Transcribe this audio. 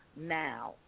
now